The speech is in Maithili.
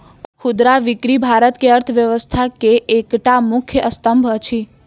खुदरा बिक्री भारत के अर्थव्यवस्था के एकटा मुख्य स्तंभ अछि